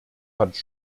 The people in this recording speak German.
hat